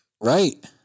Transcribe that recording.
right